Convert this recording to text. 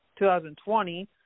2020